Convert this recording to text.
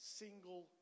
single